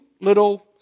little